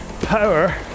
power